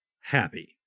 happy